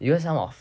because some of